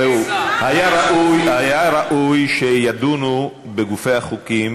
ראו, היה ראוי שידונו בגופי החוקים,